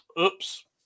oops